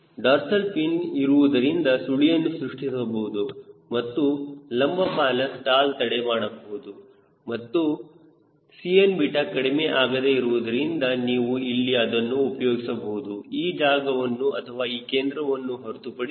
dorsal fin ಇರುವುದರಿಂದ ಸುಳಿಯನ್ನು ಸೃಷ್ಟಿಸಬಹುದು ಮತ್ತು ಲಂಬ ಬಾಲ ಸ್ಟಾಲ್ ತಡೆ ಮಾಡಬಹುದು ಮತ್ತು Cn ಕಡಿಮೆ ಆಗದೇ ಇರುವುದರಿಂದ ನೀವು ಇಲ್ಲಿ ಅದನ್ನು ಉಪಯೋಗಿಸಬಹುದು ಈ ಜಾಗವನ್ನು ಅಥವಾ ಈ ಕೇಂದ್ರವನ್ನು ಹೊರತುಪಡಿಸಿ